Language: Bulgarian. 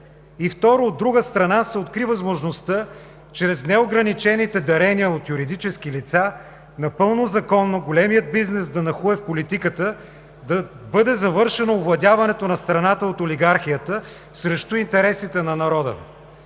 И второ, от друга страна, се откри възможността чрез неограничените дарения от юридически лица напълно законно големият бизнес да нахлуе в политиката, да бъде завършено овладяването на страната от олигархията срещу интересите на народа.